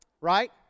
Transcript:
right